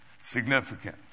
significant